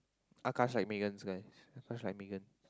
Akash like Megan's guys Akash like Megan